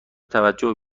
توجه